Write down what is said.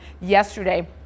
yesterday